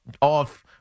off